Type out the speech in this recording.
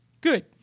Good